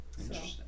Interesting